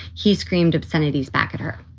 he screamed obscenities back at her.